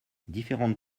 différentes